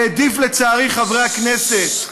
חברי הכנסת,